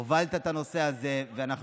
בכנסת התשע-עשרה הובלת את הנושא הזה ואנחנו